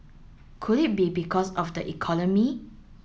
could it be because of the economy